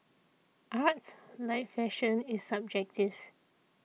art like fashion is subjective